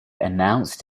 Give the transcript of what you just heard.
announced